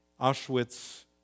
Auschwitz